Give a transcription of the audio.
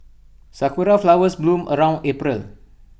Sakura Flowers bloom around April